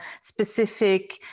specific